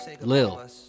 Lil